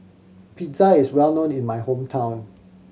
pizza is well known in my hometown